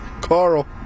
Carl